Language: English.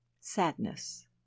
Sadness